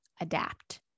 adapt